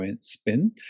spin